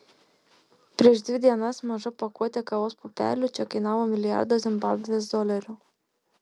prieš dvi dienas maža pakuotė kavos pupelių čia kainavo milijardą zimbabvės dolerių